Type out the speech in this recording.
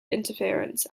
interference